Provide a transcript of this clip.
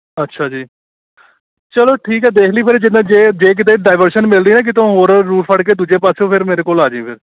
ਅੱਛਾ ਜੀ ਚਲੋ ਠੀਕ ਹੈ ਦੇਖ ਲਈਂ ਫਿਰ ਜਿੱਦਾਂ ਜੇ ਜੇ ਕਿਤੇ ਡਾਈਵਰਸ਼ਨ ਮਿਲਦੀ ਹੈ ਕਿਤੋਂ ਹੋਰ ਰੂਟ ਫੜ ਕੇ ਦੂਜੇ ਪਾਸੋਂ ਫਿਰ ਮੇਰੇ ਕੋਲ ਆ ਜੀਂ ਫੇਰ